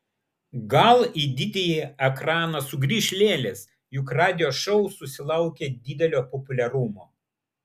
gal į didįjį ekraną sugrįš lėlės juk radio šou susilaukė didelio populiarumo